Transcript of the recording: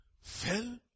fell